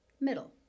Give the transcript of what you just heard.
middle